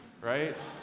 right